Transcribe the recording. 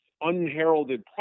unheralded